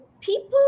people